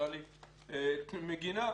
פרדוקסלי מגינה.